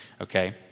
okay